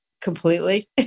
completely